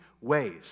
ways